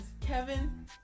Kevin